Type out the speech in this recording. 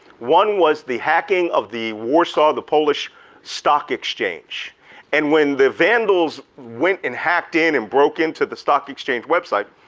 one was the hacking of the warsaw, the polish stock exchange and when the vandals went and hacked in and broke into the stock exchange website,